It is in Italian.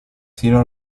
sino